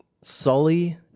Sully